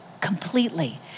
completely